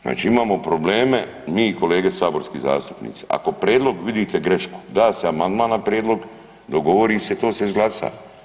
Znači imamo probleme mi kolege saborski zastupnici ako u prijedlogu vidite grešku, da se amandman na prijedlog, dogovori se i to se izglasa.